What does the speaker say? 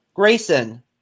Grayson